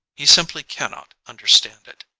he simply cannot understand it.